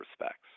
respects